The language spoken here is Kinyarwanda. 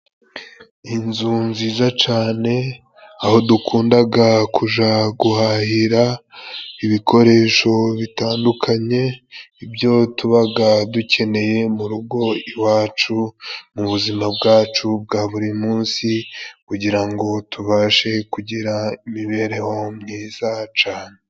Inzu nziza cane, aho dukundaga kuja guhahira ibikoresho bitandukanye, ibyo tubaga dukeneye mu rugo iwacu mu buzima bwacu bwa buri munsi, kugirango tubashe kugira imibereho myiza cane.